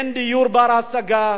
אין דיור בר-השגה.